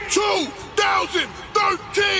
2013